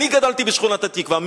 אני גדלתי בשכונת התקווה.